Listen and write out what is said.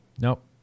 Nope